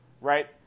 right